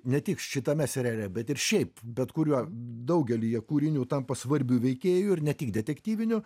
ne tik šitame seriale bet ir šiaip bet kuriuo daugelyje kūrinių tampa svarbiu veikėju ir ne tik detektyvinių